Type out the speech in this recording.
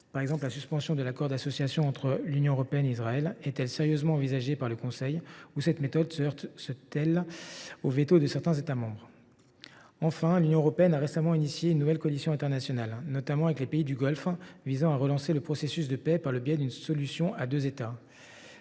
Par exemple, la suspension de l’accord d’association entre l’Union européenne et Israël est elle sérieusement envisagée par le Conseil européen ou cette méthode se heurte t elle au veto de certains États membres ? Enfin, l’Union européenne a récemment lancé une nouvelle coalition internationale, notamment avec les pays du Golfe, visant à relancer le processus de paix par le biais d’une solution à deux États.